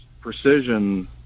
precision